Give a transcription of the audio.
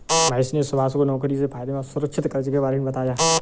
महेश ने सुभाष को नौकरी से फायदे में असुरक्षित कर्ज के बारे में भी बताया